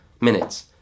minutes